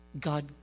God